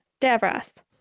Davros